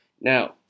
Now